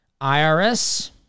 IRS